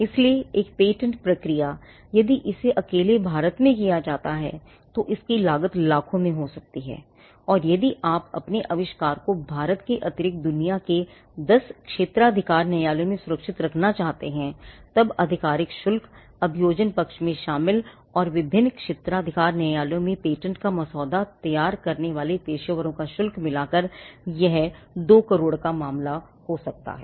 इसलिए एक पेटेंट प्रक्रिया यदि इसे अकेले भारत में किया जाता है तो इसकी लागत लाखों में हो सकती है और यदि आप अपने आविष्कार को भारत के अतिरिक्त दुनिया भर के 10 क्षेत्राधिकार न्यायालयों में सुरक्षित रखना चाहते हैं तब आधिकारिक शुल्क अभियोजन पक्ष में शामिल और विभिन्न क्षेत्राधिकार न्यायालयों में पेटेंट का मसौदा तैयार करने पेशेवरों का शुल्क मिला कर यह 2 करोड़ का मामला हो सकता है